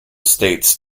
states